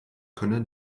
könne